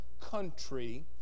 country